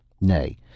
Nay